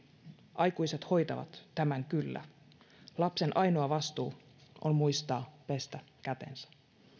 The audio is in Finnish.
aikuiset hoitavat tämän kyllä lapsen ainoa vastuu on muistaa pestä kätensä